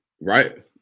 Right